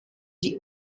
die